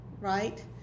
right